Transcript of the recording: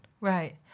Right